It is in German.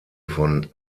von